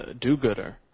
do-gooder